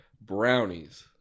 Brownies